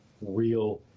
real